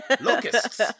Locusts